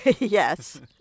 Yes